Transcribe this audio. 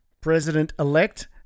President-elect